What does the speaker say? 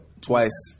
twice